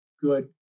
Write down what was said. good